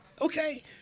okay